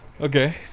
Okay